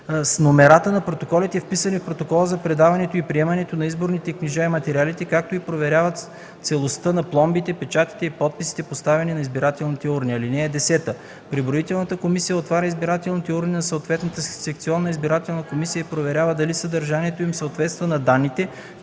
с номерата на протоколите, вписани в протокола за предаването и приемането на изборните книжа и материали, както и проверява целостта на пломбите, печатите и подписите, поставени на избирателните урни. (10) Преброителната комисия отваря избирателните урни на съответната секционна избирателна комисия и проверява дали съдържанието им съответства на данните,